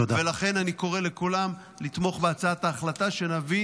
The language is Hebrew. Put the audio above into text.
לכן אני קורא לכולם לתמוך בהצעת ההחלטה שנביא